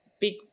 big